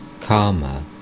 Karma